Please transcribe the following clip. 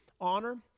honor